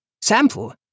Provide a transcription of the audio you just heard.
Sample